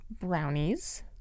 brownies